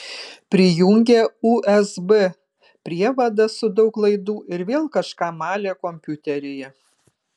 prijungė usb prievadą su daug laidų ir vėl kažką malė kompiuteryje